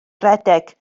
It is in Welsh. redeg